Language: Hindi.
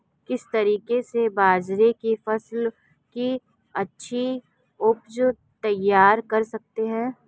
किस तरीके से बाजरे की फसल की अच्छी उपज तैयार कर सकते हैं?